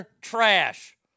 trash